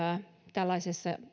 tällaisessa